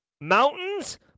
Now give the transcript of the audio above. mountains